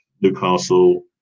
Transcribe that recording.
Newcastle